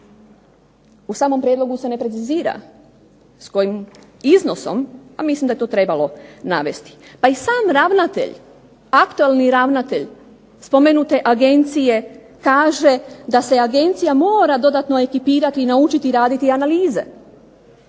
u samom prijedlogu se ne precizira s kojim iznosom, a mislim da je to trebalo navesti. Pa i sam ravnatelj, aktuelni ravnatelj spomenute agencije kaže da se agencija mora dodatno ekipirati, naučiti raditi analize.